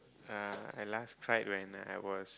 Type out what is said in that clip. uh I last cried when I was